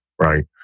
right